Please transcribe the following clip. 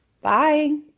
Bye